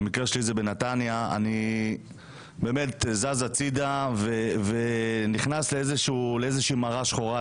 במקרה שלי זה בנתניה אני באמת זז הצידה ונכנס לאיזושהי מרה שחורה,